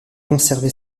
conservé